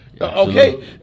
Okay